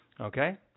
Okay